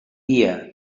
día